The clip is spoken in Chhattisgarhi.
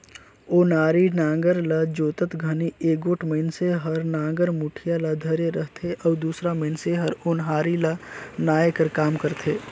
ओनारी नांगर ल जोतत घनी एगोट मइनसे हर नागर मुठिया ल धरे रहथे अउ दूसर मइनसे हर ओन्हारी ल नाए कर काम करथे